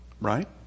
Right